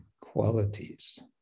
qualities